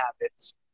habits